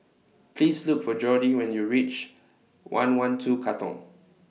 Please Look For Jordi when YOU REACH one one two Katong